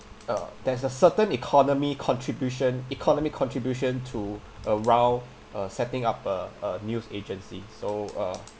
uh there's a certain economy contribution economic contribution to allow uh setting up a a news agency so uh